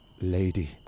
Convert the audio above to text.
Lady